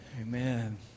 Amen